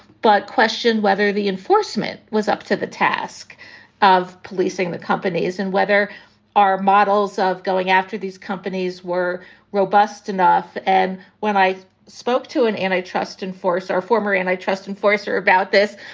but questioned whether the enforcement was up to the task of policing the companies and whether our models of going after these companies were robust enough. and when i spoke to an antitrust enforce our former antitrust enforcer about this,